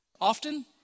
often